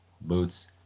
boots